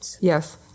Yes